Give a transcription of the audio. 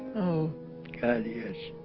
oh korea's